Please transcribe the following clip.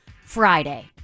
Friday